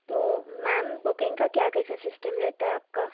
तो ma'am booking का क्या कैसा सिस्टम रहता है आपका